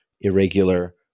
irregular